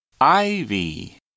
Ivy